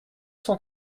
cent